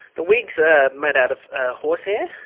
the wigs are made out of horsehair.